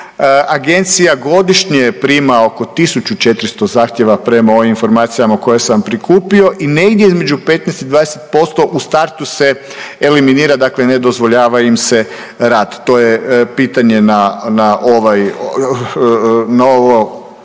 Agencija godišnje prima oko 1400 zahtjeva prema ovim informacijama koje sam prikupio i negdje između 15 i 20% u startu se eliminira, dakle ne dozvoljava im se rad. To je pitanje na ovo